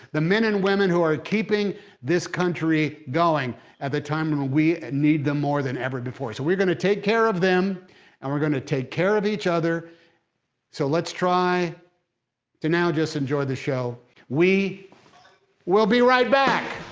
the men and women who are keeping this country going at a time and when we need them more than ever before so, we're going to take care of them and we're going to take care of each other so, let's try to now just enjoy the show we will be right back.